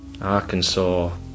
Arkansas